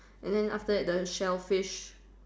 and then after that the shellfish